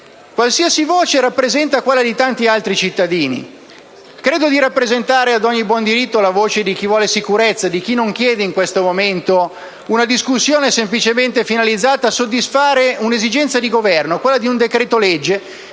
qualsiasi voce rappresenta quella di tanti altri cittadini. Credo di rappresentare, ad ogni buon diritto, la voce di chi vuole sicurezza e non chiede in questo momento una discussione finalizzata semplicemente a soddisfare un'esigenza del Governo: quella di approvare un decreto-legge